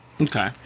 okay